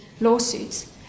lawsuits